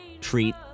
treat